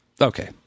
Okay